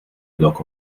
block